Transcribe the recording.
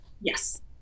Yes